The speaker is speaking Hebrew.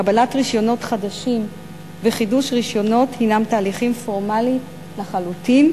קבלת רשיונות חדשים וחידוש רשיונות הינם תהליכים פורמליים לחלוטין,